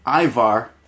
Ivar